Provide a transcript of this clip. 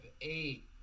eight